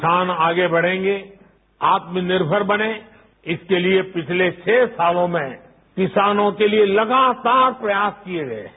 किसान आगे बढेंगे आत्मनिर्मर बने इसके लिए पिछले छरू सालों में किसानों के लिए लगातार प्रयास किए गए हैं